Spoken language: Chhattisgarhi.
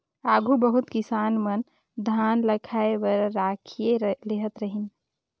आघु बहुत किसान मन धान ल खाए बर राखिए लेहत रहिन